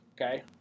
Okay